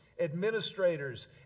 administrators